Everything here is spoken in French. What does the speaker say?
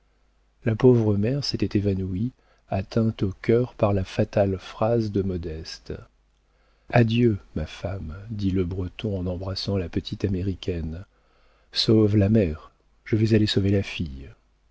la pauvre mère s'était évanouie atteinte au cœur par la fatale phrase de modeste adieu ma femme dit le breton en embrassant la petite américaine sauve la mère je vais aller sauver la fille